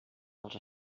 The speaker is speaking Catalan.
dels